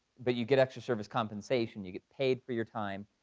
but you get extra service compensation. you get paid for your time,